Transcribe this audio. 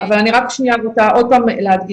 אבל אני רק שנייה רוצה עוד פעם להדגיש,